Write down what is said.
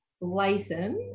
Latham